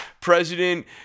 President